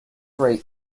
rate